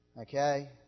Okay